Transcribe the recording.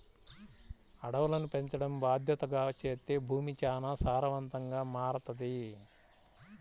అడవులను పెంచడం బాద్దెతగా చేత్తే భూమి చానా సారవంతంగా మారతది